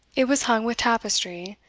it was hung with tapestry,